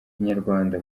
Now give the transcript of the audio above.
inyarwanda